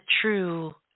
true